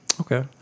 Okay